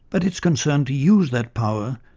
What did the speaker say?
but it is concerned to use that power.